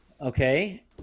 Okay